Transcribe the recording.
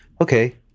okay